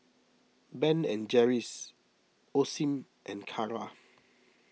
Ben and Jerry's Osim and Kara